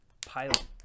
Pilot